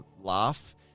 laugh